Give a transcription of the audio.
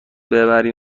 ببری